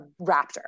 raptor